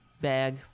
bag